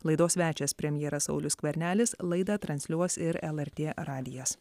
laidos svečias premjeras saulius skvernelis laidą transliuos ir lrt radijas